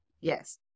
yes